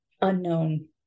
unknown